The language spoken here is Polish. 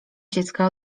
dziecka